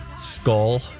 skull